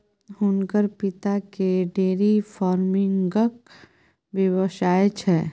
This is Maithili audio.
हुनकर पिताकेँ डेयरी फार्मिंगक व्यवसाय छै